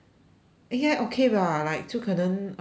ya okay bah like 就可能 uh